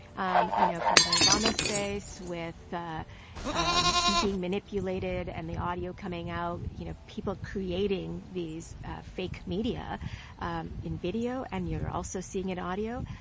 and you know, president obama's face with ah and being manipulated and the audio coming out. you know, people creating these fake media and in video, and you're also seeing it audio.